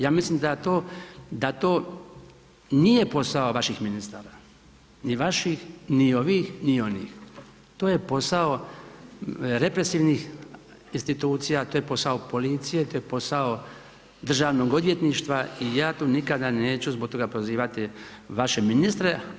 Ja mislim da to nije posao vaših ministara, ni vaših, ni ovih, ni onih, to je posao represivnih institucija, to je posao policije, to je posao DORH-a i ja tu nikada neću zbog toga prozivati vaše ministre.